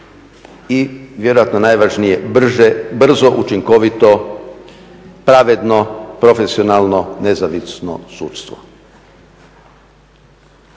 i vjerojatno najvažnije brzo učinkovito, pravedno, profesionalno, nezavisno sudstvo.